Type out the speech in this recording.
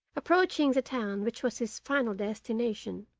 approaching the town which was his final destination.